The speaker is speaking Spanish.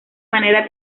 manera